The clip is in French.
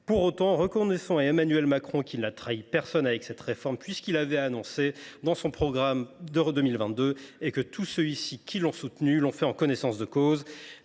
Pour autant, reconnaissons à Emmanuel Macron qu’il n’a trahi personne avec cette réforme ; il l’avait annoncée dans son programme en 2022 et tous ceux qui l’ont soutenu ici l’ont fait en connaissance de cause.